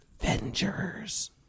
Avengers